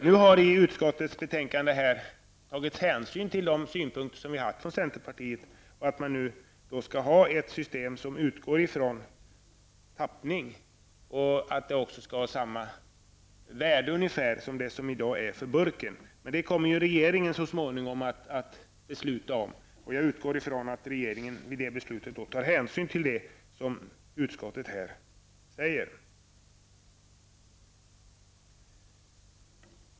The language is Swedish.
Nu har utskottet i betänkandet tagit hänsyn till de synpunkter som vi haft från centerpartiet och föreslår ett system som utgår ifrån tappning och att panten skall ha ungefär samma värde som det som i dag gäller för burken. Men detta kommer regeringen så småningom att besluta om, och jag utgår från att regeringen vid detta beslut tar hänsyn till det utskottet här säger.